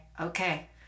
okay